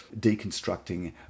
deconstructing